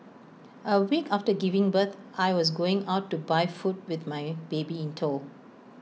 A week after giving birth I was going out to buy food with my baby in tow